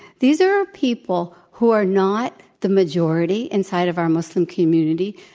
these are people who are not the majority inside of our muslim community.